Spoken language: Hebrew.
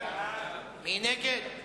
מי נגד?